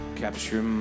capture